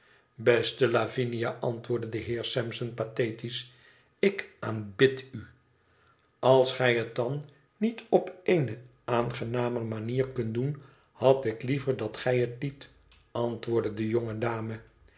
beste lavinia antwoordde de heer sampson pathetisch ik aanbid u als gij het dan niet op eene aangenamer manier kunt doen had ik liever dat gij het liet antwoordde de